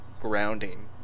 grounding